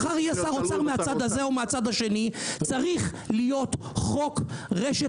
מחר יהיה שר אוצר מהצד הזה או מהצד השני.